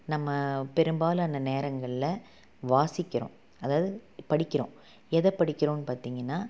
நம்ம பெரும்பாலான நேரங்களில் வாசிக்கிறோம் அதாவது படிக்கிறோம் எதை படிக்கிறோம்னு பார்த்திங்கன்னா